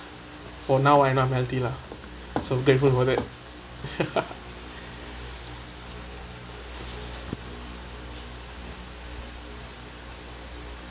for now I'm not healthy lah so grateful for that ya